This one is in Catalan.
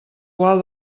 qual